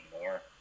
more